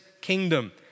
kingdom